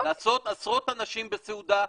לעשות עשרות אנשים בסעודה,